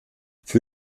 für